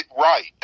right